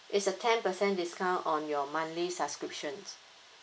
it's a ten percent discount on your monthly subscriptions